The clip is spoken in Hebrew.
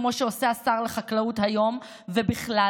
כמו שעושה שר החקלאות היום ובכלל,